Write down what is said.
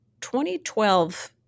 2012